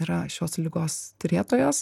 yra šios ligos turėtojos